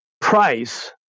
price